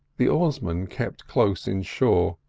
the oarsman kept close in-shore,